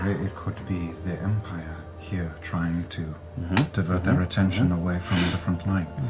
could be the empire here, trying to divert their attention away from the front line,